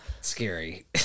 Scary